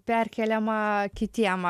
perkeliama kitiem